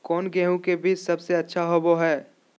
कौन गेंहू के बीज सबेसे अच्छा होबो हाय?